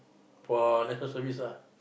for National Service lah